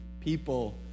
people